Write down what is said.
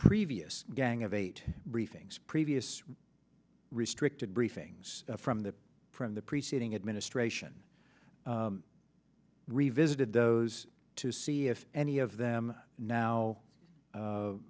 previous gang of eight briefings previous restricted briefings from the from the reseating administration revisited those to see if any of them now